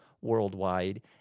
worldwide